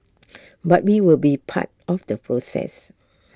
but we will be part of the process